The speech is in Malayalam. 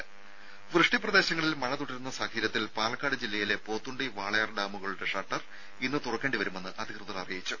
രും വൃഷ്ടിപ്രദേശങ്ങളിൽ മഴ തുടരുന്ന സാഹചര്യത്തിൽ പാലക്കാട് ജില്ലയിലെ പോത്തുണ്ടി വാളയാർ ഡാമുകളുടെ ഷട്ടർ ഇന്ന് തുറക്കേണ്ടി വരുമെന്ന് അധികൃതർ അറിയിച്ചു